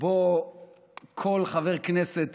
שבו כל חבר כנסת